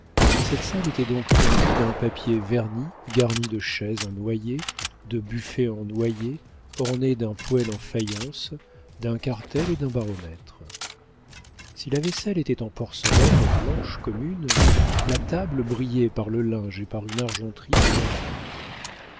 cette salle était donc tendue d'un papier verni garnie de chaises en noyer de buffets en noyer ornée d'un poêle en faïence d'un cartel et d'un baromètre si la vaisselle était en porcelaine blanche commune la table brillait par le linge et par une argenterie abondante